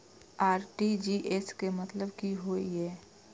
RTGS के मतलब की होय ये?